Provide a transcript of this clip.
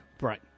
Right